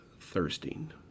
thirsting